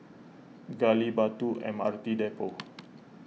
Gali Batu M R T Depot